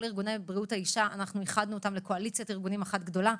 את כל ארגוני בריאות האישה איחדנו לקואליציית ארגונים אחת גדולה.